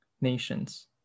nations